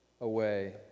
away